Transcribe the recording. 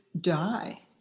die